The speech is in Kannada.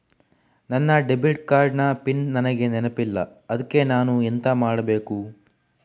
ನನ್ನ ಡೆಬಿಟ್ ಕಾರ್ಡ್ ನ ಪಿನ್ ನನಗೆ ನೆನಪಿಲ್ಲ ಅದ್ಕೆ ನಾನು ಎಂತ ಮಾಡಬೇಕು?